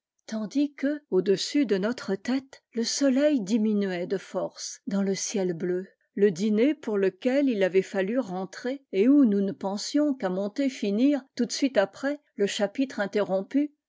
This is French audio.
tandis nn auessus de notre tête le soleil diminuait de force ans le ciel bleu le dîner pour lequel il avait fallu entrer et où nous ne pensions qu'à monter finir out de suite après le chapitre interrompu